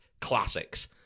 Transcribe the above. classics